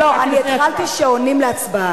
לא, לא, אני התחלתי, שעונים להצבעה.